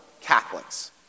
Catholics